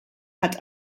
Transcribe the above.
hat